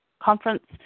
conference